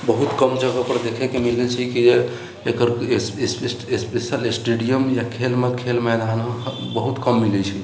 बहुत कम जगह पर देखैके मिलै छै कि जे एकर स्पेशल स्टेडियम या खेलमे खेल मैदान बहुत कम मिलै छै